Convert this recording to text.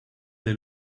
les